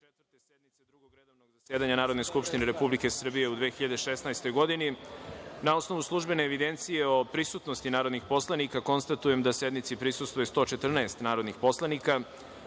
zasedanja Narodne skupštine Republike Srbije u 2016. godini. Na osnovu službene evidencije o prisutnosti narodnih poslanika, konstatujem da sednici prisustvuje 114 narodnih poslanika. Radi